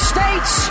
States